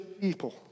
people